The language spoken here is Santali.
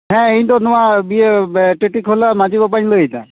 ᱦᱮᱸ ᱤᱧ ᱫᱚ ᱱᱚᱣᱟ ᱴᱤᱴᱤᱠᱷᱚᱞᱟ ᱢᱟᱹᱡᱽᱦᱤ ᱵᱟᱵᱟᱧ ᱞᱟᱹᱭᱫᱟ